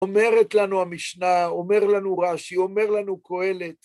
אומרת לנו המשנה, אומר לנו רש"י, אומר לנו קהלת